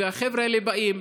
והחבר'ה האלה באים,